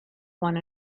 one